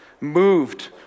moved